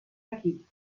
equip